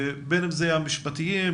בין אם זה המשפטיים,